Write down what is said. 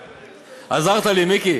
עזרת לי מיקי.